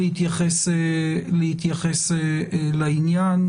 להתייחס לעניין.